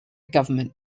government